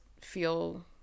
feel